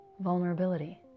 vulnerability